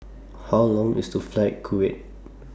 How Long IS The Flight Kuwait